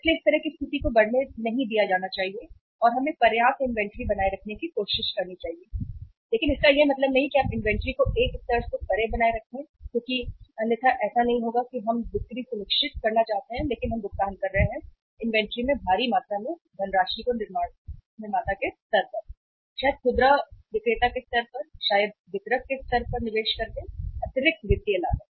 इसलिए इस तरह की स्थिति को बढ़ने नहीं दिया जाना चाहिए और हमें पर्याप्त इन्वेंट्री बनाए रखने की कोशिश करनी चाहिए लेकिन इसका यह मतलब नहीं है कि आप इन्वेंट्री को एक स्तर से परे बनाए रखें क्योंकि अन्यथा ऐसा नहीं होगा कि हम बिक्री सुनिश्चित करना चाहते हैं लेकिन हम भुगतान कर रहे हैं इन्वेंट्री में भारी मात्रा में धनराशि को निर्माता के स्तर पर शायद खुदरा विक्रेता के स्तर पर शायद वितरक के स्तर पर निवेश करके अतिरिक्त वित्तीय लागत